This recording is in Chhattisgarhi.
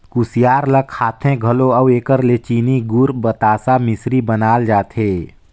कुसियार ल खाथें घलो अउ एकर ले चीनी, गूर, बतासा, मिसरी बनाल जाथे